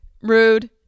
Rude